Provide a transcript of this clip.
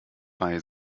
bei